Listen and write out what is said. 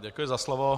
Děkuji za slovo.